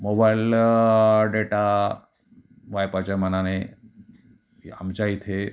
mobile data वाय फायच्या मानाने आमच्या इथे